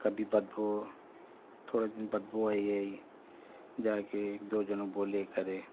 کبھی بدبو تھوڑے دن بدبو آئی آئی جا کے ایک دو جنے بولے کرے